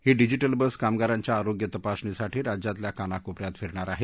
ही digital bus कामगारांच्या आरोग्य तपासणीसाठी राज्यातल्या कानाकोप यात फिरणार आहे